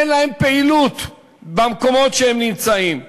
אין להם פעילות במקומות שהם נמצאים בהם,